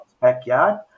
backyard